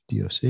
DOC